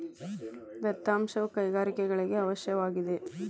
ದತ್ತಾಂಶವು ಕೈಗಾರಿಕೆಗಳಿಗೆ ಅವಶ್ಯಕವಾಗಿದೆ